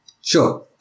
Sure